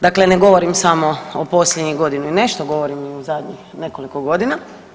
Dakle, ne govorim samo o posljednjih godinu i nešto govorim o zadnjih nekoliko godina.